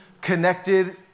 connected